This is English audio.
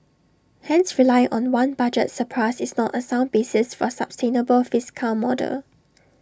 hence relying on one budget surplus is not A sound basis for A sustainable fiscal model